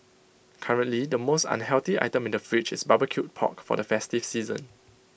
currently the most unhealthy item in the fridge is barbecued pork for the festive season